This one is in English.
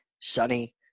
sunny